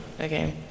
Okay